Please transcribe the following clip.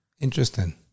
Interesting